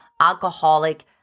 alcoholic